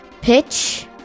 Pitch